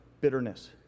bitterness